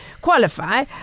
qualify